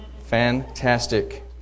Fantastic